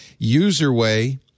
UserWay